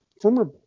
former